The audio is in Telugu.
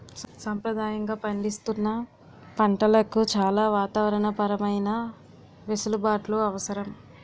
సంప్రదాయంగా పండిస్తున్న పంటలకు చాలా వాతావరణ పరమైన వెసులుబాట్లు అవసరం